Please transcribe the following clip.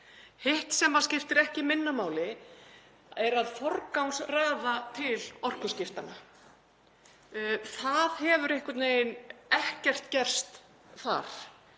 Hitt sem skiptir ekki minna máli er að forgangsraða til orkuskiptanna. Það hefur einhvern veginn ekkert gerst þar.